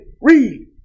Read